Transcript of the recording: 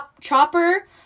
Chopper